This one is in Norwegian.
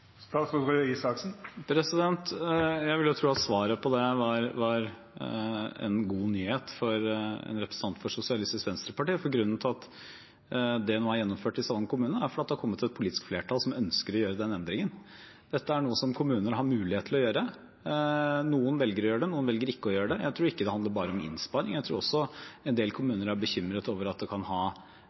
Jeg vil jo tro at svaret på det var en god nyhet for en representant for Sosialistisk Venstreparti, for grunnen til at det nå er gjennomført i Stavanger kommune, er at det har kommet et politisk flertall som ønsker å gjøre den endringen. Dette er noe som kommuner har mulighet til å gjøre. Noen velger å gjøre det, noen velger ikke å gjøre det. Jeg tror ikke det handler bare om innsparing, jeg tror også en del kommuner er bekymret over at det kan ha